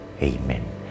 Amen